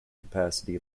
capacity